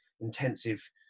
intensive